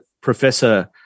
Professor